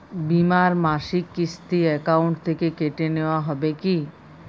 বিমার মাসিক কিস্তি অ্যাকাউন্ট থেকে কেটে নেওয়া হবে কি?